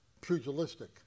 pugilistic